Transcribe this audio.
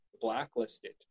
blacklisted